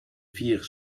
vier